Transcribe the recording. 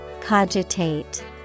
Cogitate